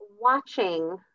watching